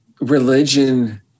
religion